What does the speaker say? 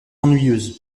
ennuyeuse